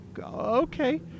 okay